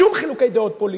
שום חילוקי דעות פוליטיים.